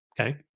Okay